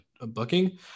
booking